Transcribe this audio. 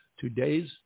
today's